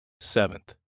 Seventh